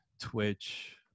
twitch